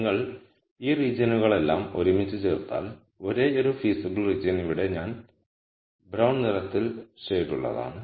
നിങ്ങൾ ഈ റീജിയനുകളെല്ലാം ഒരുമിച്ച് ചേർത്താൽ ഒരേയൊരു ഫീസിബിൾ റീജിയൻ ഇവിടെ ബ്രൌൺ നിറത്തിൽ ഷേഡുള്ളതാണ്